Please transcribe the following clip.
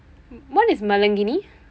what is மழுங்கினி:mazhugkini